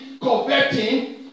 converting